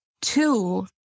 Two